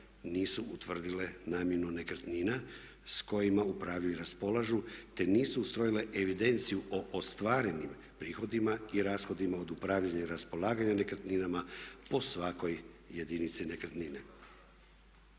nisu utvrdile namjenu nekretnina s kojima upravljaju i raspolažu te nisu ustrojile evidenciju o ostvarenim prihodima i rashodima od upravljanja i raspolaganja nekretninama po svakoj jedinici nekretnine.